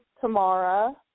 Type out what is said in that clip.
Tamara